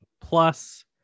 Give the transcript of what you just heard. plus